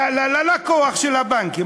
ללקוח של הבנקים,